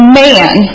man